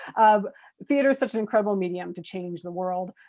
um theater is such an incredible medium to change the world.